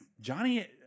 Johnny